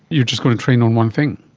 you're just going to train on one thing.